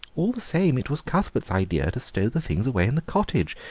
all the same, it was cuthbert's idea to stow the things away in the cottage,